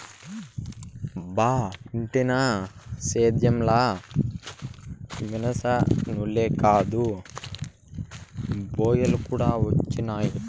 బా ఇంటినా సేద్యం ల మిశనులే కాదు రోబోలు కూడా వచ్చినయట